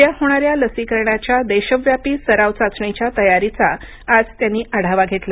उद्या होणाऱ्या लसीकरणाच्या देशव्यापी सराव चाचणीच्या तयारीचा आज त्यांनी आढावा घेतला